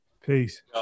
Peace